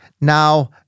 Now